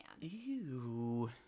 Ew